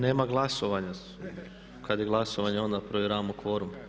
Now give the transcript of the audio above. Nema glasovanja, kad je glasovanje onda provjeravamo kvorum.